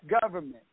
government